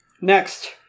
Next